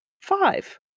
Five